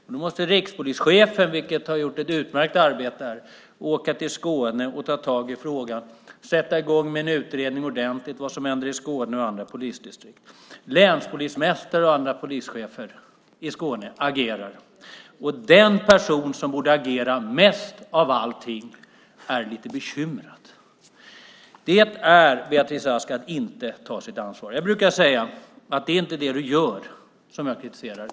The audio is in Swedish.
Nu måste rikspolischefen, som har gjort ett utmärkt arbete här, åka till Skåne och ta tag i frågan och sätta i gång med en ordentlig utredning om vad som händer i Skåne och i andra polisdistrikt. Länspolismästare och andra polischefer i Skåne agerar. Men den person som borde agera mest av alla är lite bekymrad. Det är, Beatrice Ask, att inte ta sitt ansvar. Jag brukar säga att det inte är det som du gör som jag kritiserar.